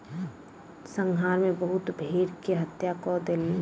संहार मे बहुत भेड़ के हत्या कय देल गेल